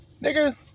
nigga